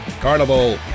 Carnival